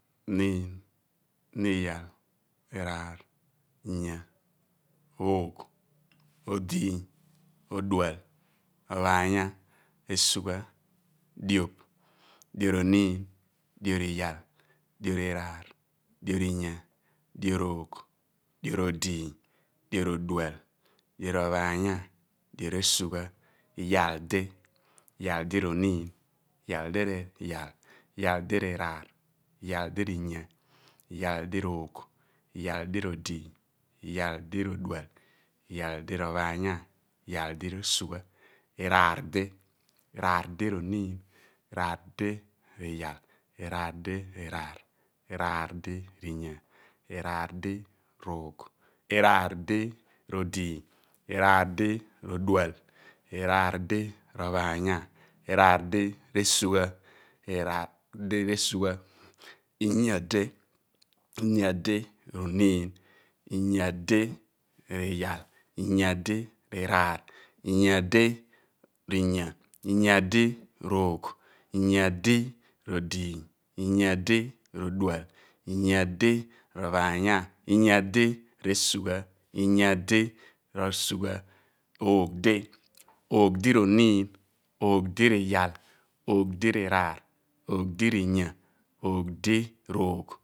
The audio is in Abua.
Nii, iyai, iraar, inya oogh odiiny odual ophaanya esugha dioph dioph r'oniin dioph r'igal dioph r'iraar dioph r' oniin dioph r'oogh dioph r'odiiny dioph r'odual dioph r'ophaanya dioph r'esagha iyaldi iyal di r' onin, iyal di r'iyal iyal di iyal di r'inya iyal di r'oogh iyal di r'odiiny iyal di r'odual iyal di r'ophaanya iyal di r'resugha iraar di iraar di oniin iraar di r'iyal iraar di r'iraar iraar di r'inya irrar di r 'oogh iraar di r'idingh iraar di r'inya di rodual iraar di rophaanya iraar di r' esugha inya di inya di r'onin inya di r'oniin inya di r iyal inya dir'iraar inya di r'inya, inya di r'oogh inya di r'odiing inya di r 'odual inya dirophaanya inya di r'esugha oogh inya dir' odiing inyal di r' odual inya dir'ophaanya inya di r'esugja ' oogh di oogh di r' oniin oogh di r'iyal, oogh di r' irrar, oogh dir inya oogh di r' oogh.